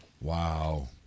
Wow